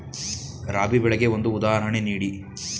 ರಾಬಿ ಬೆಳೆಗೆ ಒಂದು ಉದಾಹರಣೆ ನೀಡಿ